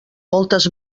moltes